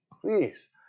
please